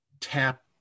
tap